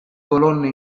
colonne